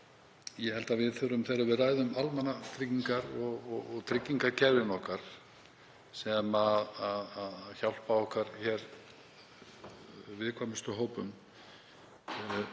Ég held að við þurfum, þegar við ræðum almannatryggingar og tryggingakerfin okkar, sem hjálpa okkar viðkvæmustu hópum,